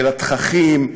של התככים,